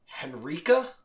Henrika